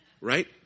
Right